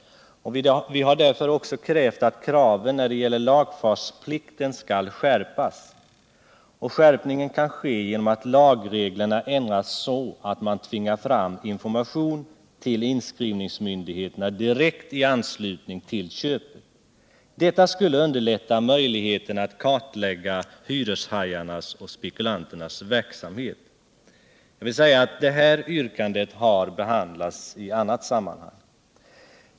Vi har därför också yrkat att kraven när det gäller lagfartplikten skall skärpas. Skärpningen kan ske genom att lagreglerna ändras så, att man tvingar fram informationen till inskrivningsmyndigheterna direkt i anslutning till köpet. Detta skulle underlätta möjligheterna att kartlägga hyreshajarnas och spekulanternas verksamhet. Det här yrkandet har behandlats i annat sammanhang.